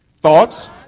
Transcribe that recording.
Thoughts